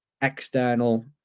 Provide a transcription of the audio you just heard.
external